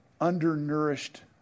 undernourished